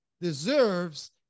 deserves